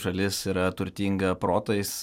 šalis yra turtinga protais